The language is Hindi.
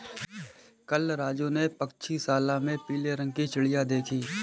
कल राजू ने पक्षीशाला में पीले रंग की चिड़िया देखी